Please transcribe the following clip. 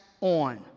on